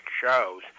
shows